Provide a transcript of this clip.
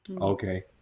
Okay